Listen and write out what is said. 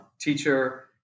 teacher